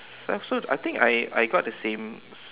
~self so I think I I got the same